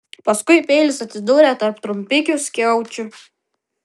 paskui peilis atsidūrė tarp trumpikių skiaučių